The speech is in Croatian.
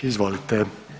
Izvolite.